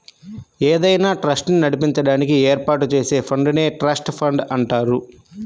ఏదైనా ట్రస్ట్ ని నడిపించడానికి ఏర్పాటు చేసే ఫండ్ నే ట్రస్ట్ ఫండ్ అంటారు